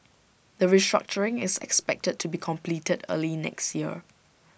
the restructuring is expected to be completed early next year